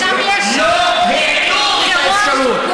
כי שם, לא העלו את האפשרות.